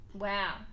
Wow